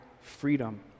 freedom